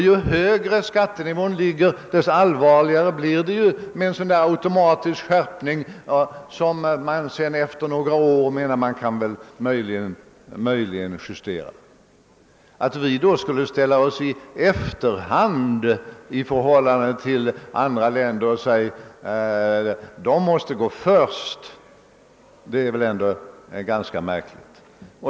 Ju högre skattenivån ligger desto allvarligare blir en automatisk skärpning, som man först efter några år menar att man möjligen vill justera. Att då säga att andra länder måste gå först är ändå ganska märkligt.